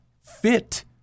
fit